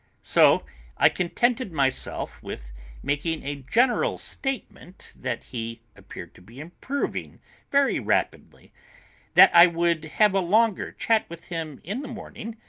so i contented myself with making a general statement that he appeared to be improving very rapidly that i would have a longer chat with him in the morning,